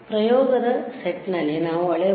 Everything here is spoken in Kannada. ಪ್ರಯೋಗದ ಸೆಟ್ನಲ್ಲಿ ನಾವು ಅಳೆಯಬಹುದು